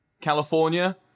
California